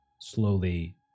slowly